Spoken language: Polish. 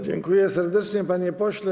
Dziękuję serdecznie, panie pośle.